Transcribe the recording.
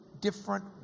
different